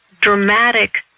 dramatic